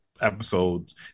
episodes